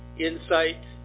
insight